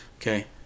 Okay